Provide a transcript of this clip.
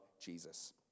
Jesus